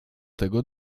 tego